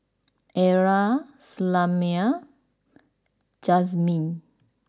Arra Selmer Jazmyn